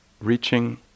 reaching